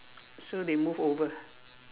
so they move over